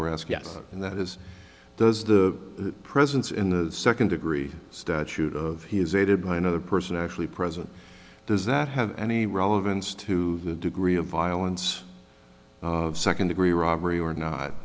would ask yes and that is does the presence in the second degree statute of he is aided by another person actually present does that have any relevance to the degree of violence of second degree robbery or not